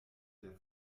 der